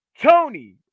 Tony